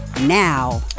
now